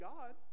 God